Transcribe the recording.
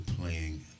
playing